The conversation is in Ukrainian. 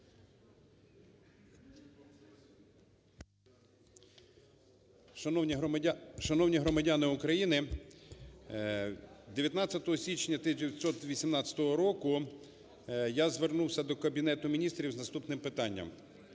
Шановні громадяни України! 19 січня 2018 року я звернувся до Кабінету Міністрів з наступним питанням.